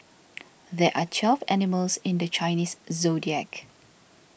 there are twelve animals in the Chinese zodiac